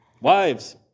wives